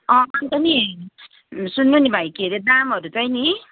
अन्त नि सुन्नु नि भाइ के अरे दामहरू चाहिँ नि